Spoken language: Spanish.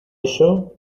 eso